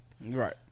Right